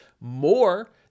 more